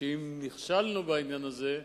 שאם נכשלנו בעניין הזה,